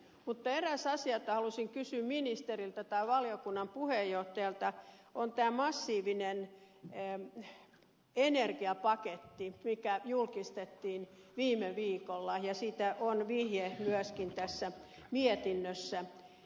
mutta eräs asia jota halusin kysyä ministeriltä tai valiokunnan puheenjohtajalta on tämä massiivinen energiapaketti joka julkistettiin viime viikolla ja josta on vihje myöskin tässä mietinnössä